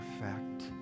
perfect